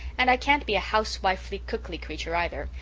and i can't be a housewifely, cookly creature, either.